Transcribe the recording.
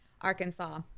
Arkansas